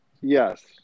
Yes